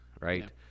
right